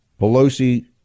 Pelosi